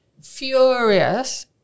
furious